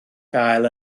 gael